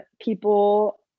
people